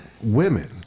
women